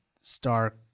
star